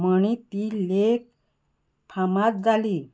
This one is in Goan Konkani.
म्हणी ती लेक फामाद जाली